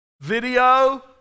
Video